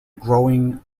growing